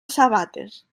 sabates